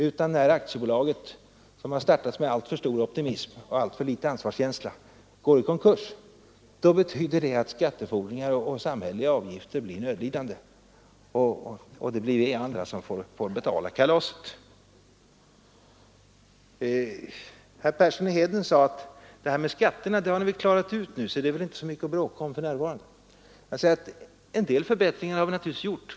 När det aktiebolag som startats med alltför stor optimism och alltför liten ansvarskänsla går i konkurs betyder det alltså att skattefordringar och samhälleliga avgifter blir lidande, och vi andra får betala kalaset. Herr Persson i Heden sade att ”det här med skatterna har ni ju klarat ut nu, så det är väl inte så mycket att bråka om”. En del förbättringar har vi naturligtvis gjort.